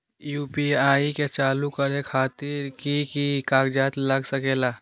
UPI के चालु करे खातीर कि की कागज़ात लग सकेला?